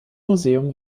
museum